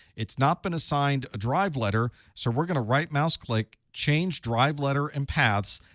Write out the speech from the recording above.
it's not been assigned a drive letter, so we're going to right mouse click, change drive letter and paths,